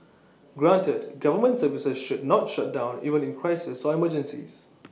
granted government services should not shut down even in crises or emergencies